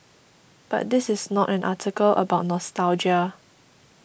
but this is not an article about nostalgia